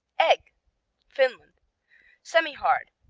egg finland semihard.